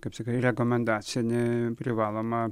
kaip sakyt rekomendacinį privalomą